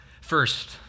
First